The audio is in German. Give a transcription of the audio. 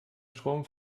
strom